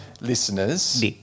listeners